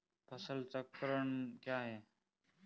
फसल चक्रण क्या है?